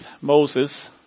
Moses